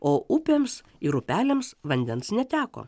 o upėms ir upeliams vandens neteko